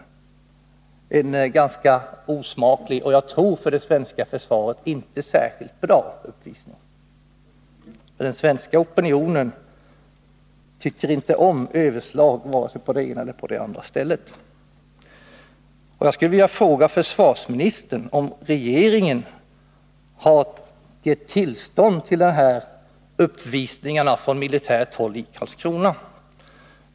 Det var en ganska osmaklig och, tycker jag, för det svenska försvaret inte särskilt bra uppvisning. Den svenska opinionen tycker inte om överslag åt vare sig det ena eller det andra hållet. Jag skulle vilja fråga försvarsministern om regeringen har gett tillstånd till dessa uppvisningar från militärt håll i Karlskrona.